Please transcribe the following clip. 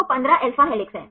तो 15 alpha helix हैं